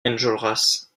enjolras